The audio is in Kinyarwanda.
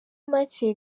make